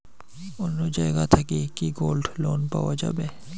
অন্য জায়গা থাকি কি গোল্ড লোন পাওয়া যাবে?